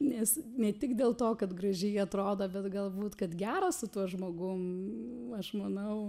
nes ne tik dėl to kad gražiai atrodo bet galbūt kad gera su tuo žmogum aš manau